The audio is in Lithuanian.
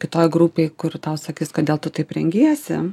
kitoje grupėj kur tau sakys kodėl tu taip rengiesi